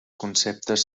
conceptes